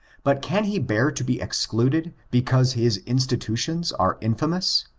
but can he bear to be excluded because his institutions are infamous?